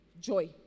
joy